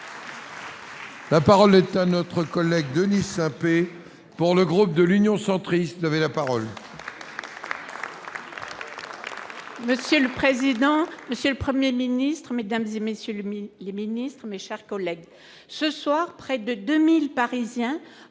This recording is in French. La parole est à notre collègue Denis pour le groupe de l'Union centriste, vous avez la parole. Monsieur le président, Monsieur le 1er Ministre Mesdames et messieurs les ministres, mes chers collègues, ce soir, près de 2000 Parisiens vont